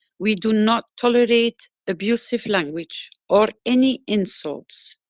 we do not tolerate abusive language, or any insults,